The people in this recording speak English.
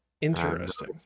Interesting